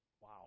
Wow